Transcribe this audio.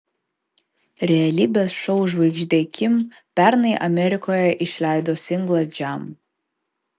realybės šou žvaigždė kim pernai amerikoje išleido singlą jam